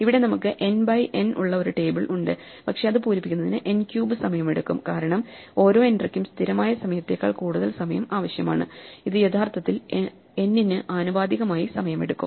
ഇവിടെ നമുക്ക് n by n ഉള്ള ഒരു ടേബിൾ ഉണ്ട് പക്ഷേ ഇത് പൂരിപ്പിക്കുന്നതിന് n ക്യൂബ് സമയമെടുക്കും കാരണം ഓരോ എൻട്രിക്കും സ്ഥിരമായ സമയത്തേക്കാൾ കൂടുതൽ സമയം ആവശ്യമാണ് ഇത് യഥാർത്ഥത്തിൽ n ന് ആനുപാതികമായി സമയം എടുക്കും